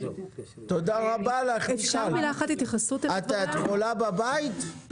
השוק הוא מאוד מאוד קטן והוא בהתהוות.